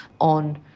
on